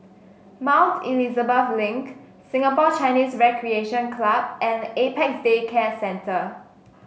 Mount Elizabeth Link Singapore Chinese Recreation Club and Apex Day Care Centre